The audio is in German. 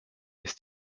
ist